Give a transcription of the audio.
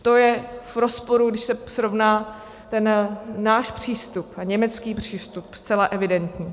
To je v rozporu, když se srovná ten náš přístup a německý přístup, zcela evidentní.